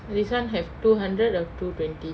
this one have two hundred or two twenty